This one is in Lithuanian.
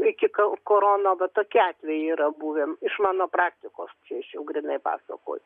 iki ko korono bet tokie atvejai yra buvę iš mano praktikos aš jau grynai pasakoju